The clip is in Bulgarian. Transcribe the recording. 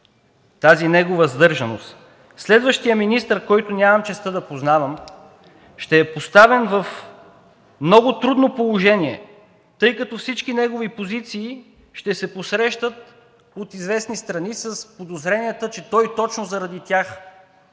тази негова сдържаност. Следващият министър, който нямам честта да познавам, ще е поставен в много трудно положение, тъй като всички негови позиции ще се посрещат от известни страни с подозренията, че той точно заради тях е бил